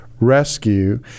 Rescue